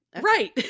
Right